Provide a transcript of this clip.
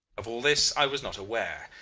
of all this i was not aware.